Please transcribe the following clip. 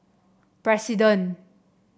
president